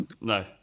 No